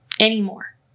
anymore